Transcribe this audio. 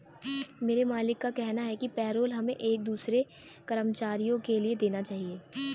मेरे मालिक का कहना है कि पेरोल हमें एक दूसरे कर्मचारियों के लिए देना चाहिए